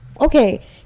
Okay